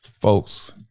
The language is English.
Folks